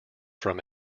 from